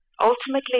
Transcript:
Ultimately